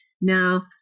Now